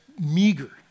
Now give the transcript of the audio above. meager